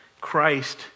Christ